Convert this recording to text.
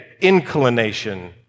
inclination